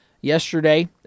yesterday